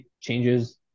changes